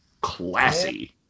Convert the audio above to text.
Classy